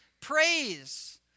praise